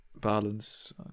balance